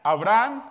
Abraham